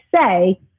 say